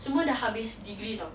semua dah habis degree [tau]